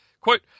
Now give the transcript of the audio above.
Quote